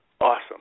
awesome